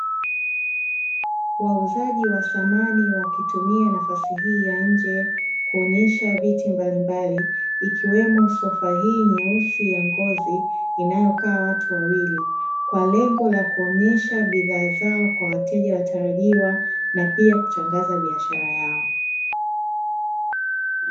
Wauzaji wa samani wakitumia nafasi hii ya nje, kuonyesha viti mbalimbali, ikiwemo sofa hii nyeusi, ya ngozi, inayokaa watu wawili, kwa lengo la kuonyesha bidhaa zao kwa wateja watarajiwa , na pia kutanngaza biashara yao.